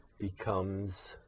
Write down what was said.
becomes